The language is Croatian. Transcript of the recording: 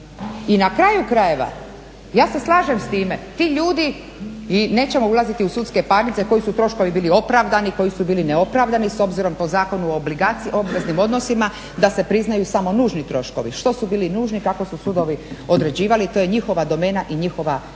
I na kraju krajeva ja se slažem s time, ti ljudi i nećemo ulaziti u sudske parnice, koji su troškovi bili opravdani, koji su bili neopravdani s obzirom po Zakonu o obveznim odnosima, da se priznaju samo nužni troškovi. Što su bili nužni, kako su sudovi određivali, to je njihova domena i njihova nadležnost.